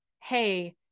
hey